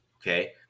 okay